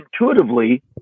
intuitively